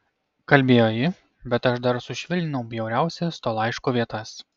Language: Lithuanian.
kalbėjo ji bet aš dar sušvelninau bjauriausias to laiško vietas